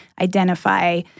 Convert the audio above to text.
identify